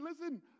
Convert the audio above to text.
listen